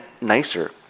nicer